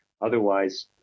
Otherwise